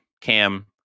Cam